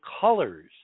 colors